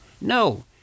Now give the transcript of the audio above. No